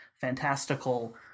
fantastical